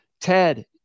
ted